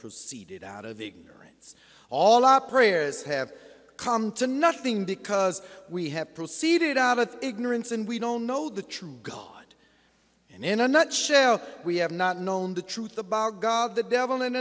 proceeded out of ignorance all our prayers have come to nothing because we have proceeded out of ignorance and we don't know the true god and in a nut shell we have not known the truth about god the devil and